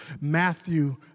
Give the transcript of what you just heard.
Matthew